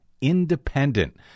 independent